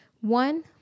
one